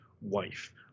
wife